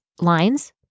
lines